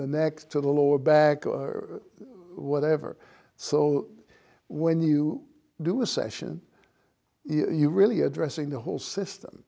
the next to the lower back or whatever so when you do a session you really addressing the whole system